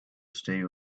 stay